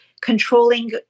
controlling